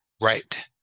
Right